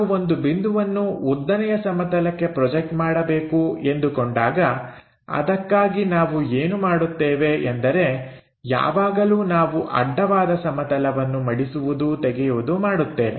ನಾವು ಒಂದು ಬಿಂದುವನ್ನು ಉದ್ದನೆಯ ಸಮತಲಕ್ಕೆ ಪ್ರೊಜೆಕ್ಟ್ ಮಾಡಬೇಕು ಎಂದುಕೊಂಡಾಗ ಅದಕ್ಕಾಗಿ ನಾವು ಏನು ಮಾಡುತ್ತೇವೆ ಎಂದರೆ ಯಾವಾಗಲೂ ನಾವು ಅಡ್ಡವಾದ ಸಮತಲವನ್ನು ಮಡಿಸುವುದು ತೆಗೆಯುವುದು ಮಾಡುತ್ತೇವೆ